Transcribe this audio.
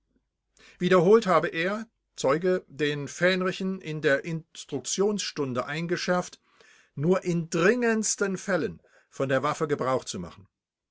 wiederholt habe er zeuge den fähnrichen in der instruktionsstunde eingeschärft nur in dringendsten fällen von der waffe gebrauch zu machen